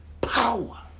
power